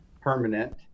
permanent